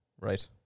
right